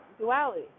duality